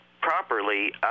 properly